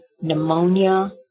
pneumonia